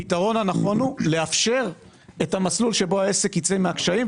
הפתרון הנכון הוא לאפשר את המסלול שבו העסק ייצא מהקשיים.